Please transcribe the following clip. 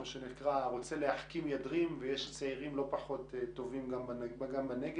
כמו שנאמר "הרוצה להחכים ידרים" ויש צעירים לא פחות טובים גם בנגב.